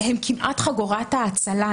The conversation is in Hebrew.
הם כמעט חגורת ההצלה,